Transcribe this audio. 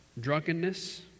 drunkenness